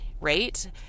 right